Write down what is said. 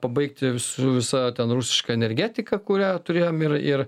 pabaigti su visa ten rusiška energetika kurią turėjom ir ir